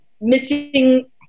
missing